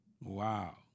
Wow